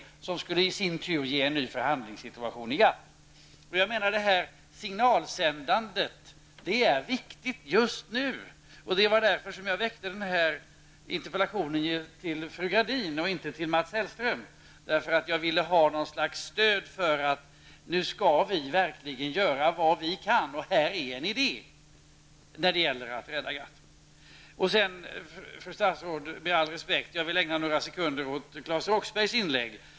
Detta skulle i sin tur skapa en ny förhandlingssituation i Att sända signaler är just nu viktigt. Det var därför som jag framställde den här interpellationen till fru Gradin och inte till Mats Hellström. Jag ville få något slags stöd för att vi verkligen skall göra allt vi kan. Dessutom ville jag visa att här fanns ett uppslag när det gäller att rädda GATT Med all respekt för statsrådet Gradin vill jag ägna några sekunder åt Claes Roxberghs inlägg.